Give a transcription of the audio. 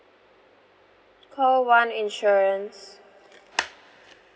call one insurance